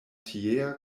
tiea